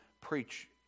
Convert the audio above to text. preach